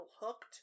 hooked